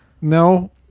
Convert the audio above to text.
no